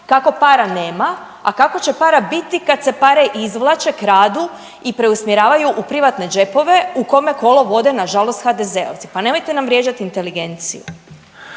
kako para nema, a kada će para biti kad se pare izvlače, kradu i preusmjeravaju u privatne džepove u kome kolo vode, nažalost HDZ-ovci? Pa nemojte nam vrijeđati inteligenciju.